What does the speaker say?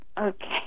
Okay